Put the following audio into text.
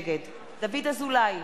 נגד דוד אזולאי,